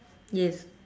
yes